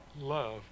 love